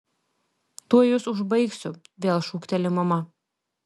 tuoj jus užbaigsiu vėl šūkteli mama